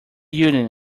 union